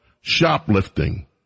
shoplifting